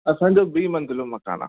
असांजो ॿी मंजलो मकानु आहे